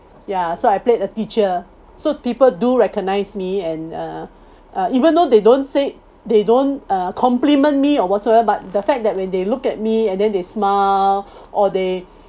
ya so I played a teacher so people do recognise me and uh uh even though they don't say they don't uh compliment me or whatsoever but the fact that when they look at me and then they smile or they